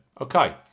Okay